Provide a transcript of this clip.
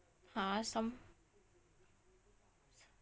!huh! some